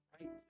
right